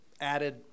added